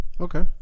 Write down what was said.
Okay